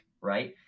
right